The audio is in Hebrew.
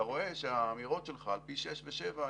אתה רואה שהאמירות שלך על פי שישה ושבעה,